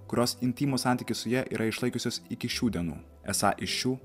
kurios intymų santykį su ja yra išlaikiusios iki šių dienų esą iš šių